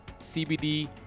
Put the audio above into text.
CBD